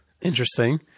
interesting